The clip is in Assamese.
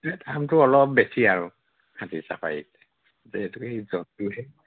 দামটো অলপ বেছি আৰু হাতী চাফাৰী যিহেতুকে সি জন্তুহে